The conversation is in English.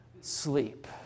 sleep